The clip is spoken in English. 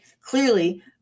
clearly